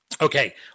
Okay